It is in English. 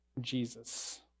Jesus